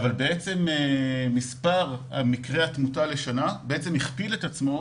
אבל מספר מקרי התמותה לשנה הכפיל את עצמו